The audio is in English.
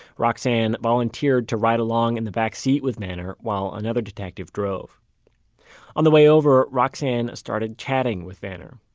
roxane volunteered to ride along in the backseat with vanner while another detective drove on the way over, roxane started chatting with vanner.